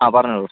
ആ പറഞ്ഞോളൂ